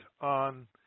on